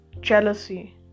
Jealousy